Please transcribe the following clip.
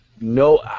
No